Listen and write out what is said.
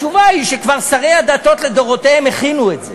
התשובה היא שכבר שרי הדתות לדורותיהם הכינו את זה